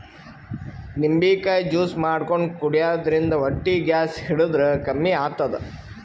ನಿಂಬಿಕಾಯಿ ಜ್ಯೂಸ್ ಮಾಡ್ಕೊಂಡ್ ಕುಡ್ಯದ್ರಿನ್ದ ಹೊಟ್ಟಿ ಗ್ಯಾಸ್ ಹಿಡದ್ರ್ ಕಮ್ಮಿ ಆತದ್